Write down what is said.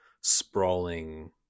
sprawling